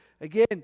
again